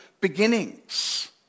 beginnings